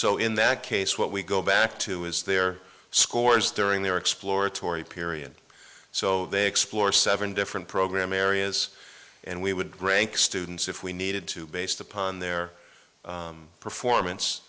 so in that case what we go back to is their scores during their exploratory period so they explore seven different program areas and we would rank students if we needed to based upon their performance